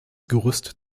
gerüst